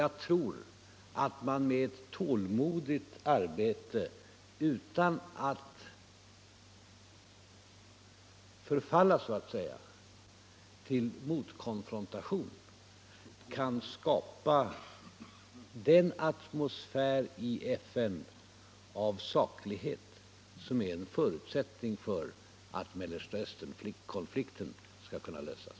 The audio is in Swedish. Jag tror att man med tålmodigt arbete och utan att så att säga förfalla till motkonfrontation i FN kan skapa den atmosfär av saklighet som är en förutsättning för att Mellersta Östern-konflikten skall kunna lösas.